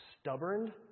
stubborn